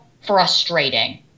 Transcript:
frustrating